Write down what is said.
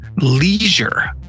leisure